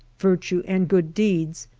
virtue, and good deeds,